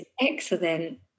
excellent